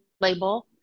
label